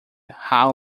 how